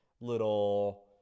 little